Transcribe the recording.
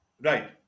right